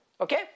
Okay